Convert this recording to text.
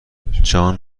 جان